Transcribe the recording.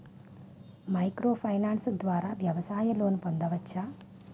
Micro finance ద్వారా వ్యవసాయ loan పొందవచ్చా?